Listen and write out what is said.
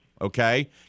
Okay